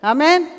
Amen